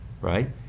right